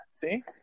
See